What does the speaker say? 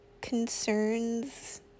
concerns